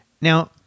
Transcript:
Now